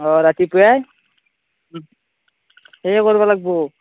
অ' ৰাতিপুৱাই সেই কৰিব লাগিব